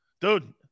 Dude